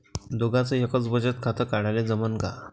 दोघाच एकच बचत खातं काढाले जमनं का?